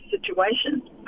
situation